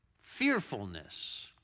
fearfulness